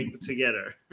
together